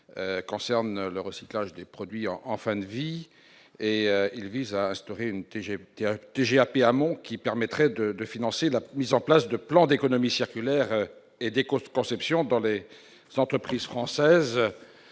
concerne le recyclage des produits en fin de vie et il vise à instaurer une TG. Éric TGAP Hamon qui permettraient de de financer la mise en place de plans d'économie circulaire et des conception dans les 100 entreprises françaises,